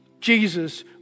Jesus